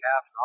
half